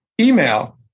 Email